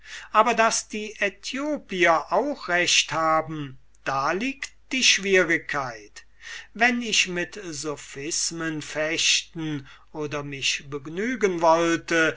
aber daß die aethiopier auch recht haben da liegt die schwierigkeit wenn ich mit sophismen fechten oder mich begnügen wollte